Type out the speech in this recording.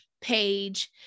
page